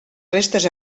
restes